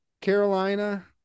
Carolina